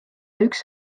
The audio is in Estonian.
üks